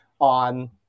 on